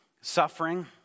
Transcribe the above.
suffering